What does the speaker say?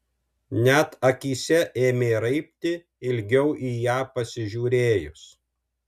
net akyse ėmė raibti ilgiau į ją pasižiūrėjus